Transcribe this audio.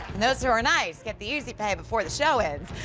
those who are nice get the easy pay before the show ends.